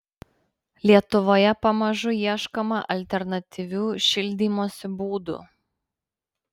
lietuvoje pamažu ieškoma alternatyvių šildymosi būdų